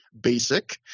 Basic